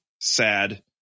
sad